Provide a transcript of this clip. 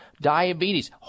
diabetes